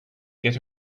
get